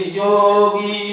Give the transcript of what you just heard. yogi